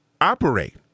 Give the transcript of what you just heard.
operate